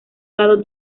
lado